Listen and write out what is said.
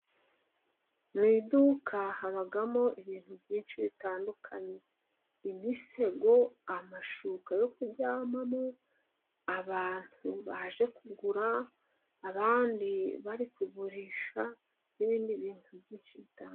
Mu iduka habamo ibintu byinshi bitandukanye. Imisego amashuka yo kuryamamo, abantu baje kugura, abandi bari kugurisha n'ibindi bintu byinshi bitandukanye.